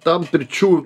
tam pirčių